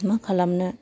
मा खालामनो